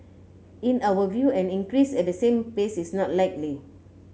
in our view an increase at the same pace is not likely